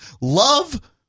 love